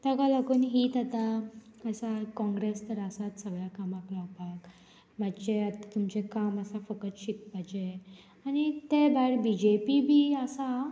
ताका लागून हीत आतां कसाय काँग्रेस तर आसात सगळ्या कामाक लावपाक मातशें आतां तुमचें काम आसा फकत शिकपाचें आनी ते भायर बी जे पी बी आसा